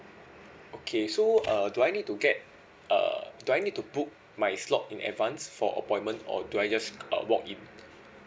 okay so uh do I need to get uh do I need to book my slot in advance for appointment or do I just uh walk in